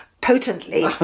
potently